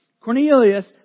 Cornelius